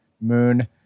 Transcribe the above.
moon